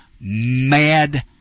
mad